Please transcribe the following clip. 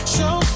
Show